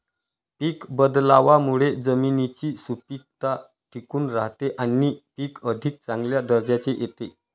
पीक बदलावामुळे जमिनीची सुपीकता टिकून राहते आणि पीक अधिक चांगल्या दर्जाचे येते